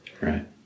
Right